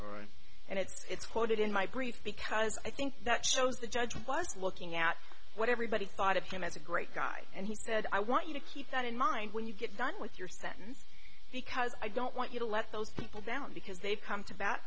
and it's quoted in my brief because i think that shows the judge was looking at what everybody thought of him as a great guy and he said i want you to keep that in mind when you get done with your sentence because i don't want you to let those people down because they've come to ba